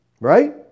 Right